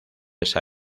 esa